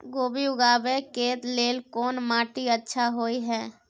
कोबी उगाबै के लेल कोन माटी अच्छा होय है?